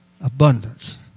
Abundance